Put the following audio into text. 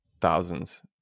thousands